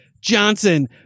Johnson